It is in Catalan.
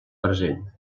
present